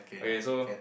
okay so